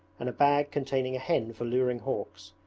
and a bag containing a hen for luring hawks,